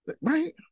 Right